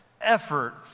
effort